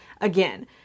again